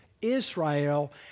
Israel